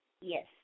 Yes